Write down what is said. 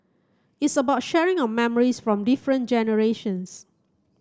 it's about sharing of memories from different generations